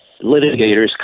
litigators